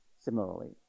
Similarly